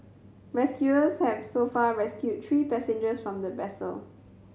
rescuers have so far rescued three passengers from the vessel